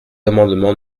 amendement